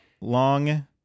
long